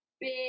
big